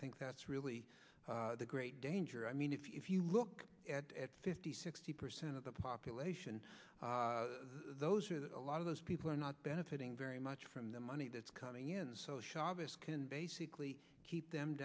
think that's really the great danger i mean if you look at fifty sixty percent of the population those are that a lot of those people are not benefiting very much from the money that's coming in so chavez can basically keep them